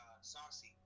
Saucy